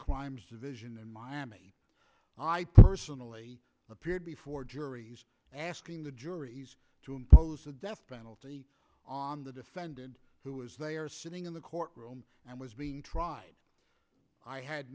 crimes division in miami i personally appeared before juries asking the juries to impose the death penalty on the defendant who is sitting in the courtroom and was being tried i had